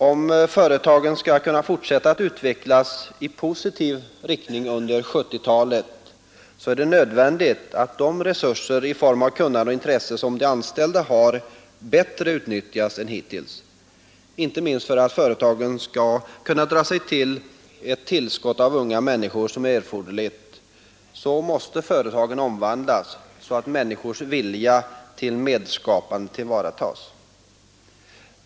Om företagen skall kunna fortsätta att utvecklas i positiv riktning under 1970-talet är det nödvändigt att de resurser i form av kunnande och intresse som de anställda har utnyttjas bättre än hittills. Inte minst för att företagen skall kunna dra till sig det tillskott av unga människor som är erforderligt måste företagen omvandlas, så att människors vilja till medskapande tillvaratas.